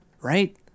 Right